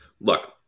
look